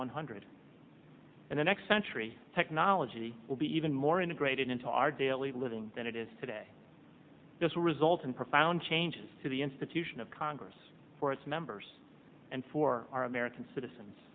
one hundred and the next century technology will be even more integrated into our daily living than it is today this will result in profound changes to the institution of congress for its members and for our american citizens